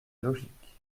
logique